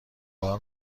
بار